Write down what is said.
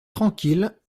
tranquille